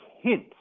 hint